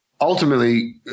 ultimately